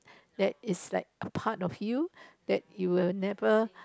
that is like a part of you that you'll never